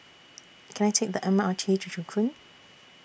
Can I Take The M R T to Joo Koon